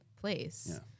place